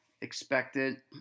expected